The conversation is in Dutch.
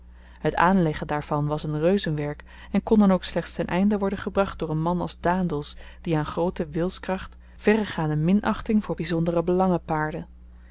het aanleggen daarvan was een reuzenwerk en kon dan ook slechts ten einde worden gebracht door n man als daendels die aan groote wilskracht verregaande minachting voor byzondere belangen paarde